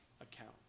account